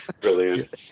brilliant